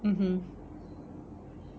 mmhmm